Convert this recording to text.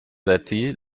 betty